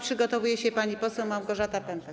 Przygotowuje się pani poseł Małgorzata Pępek.